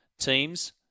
teams